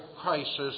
crisis